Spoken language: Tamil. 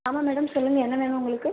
ஆமாம் மேடம் சொல்லுங்கள் என்ன வேணும் உங்களுக்கு